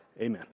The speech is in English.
Amen